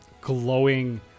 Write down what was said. glowing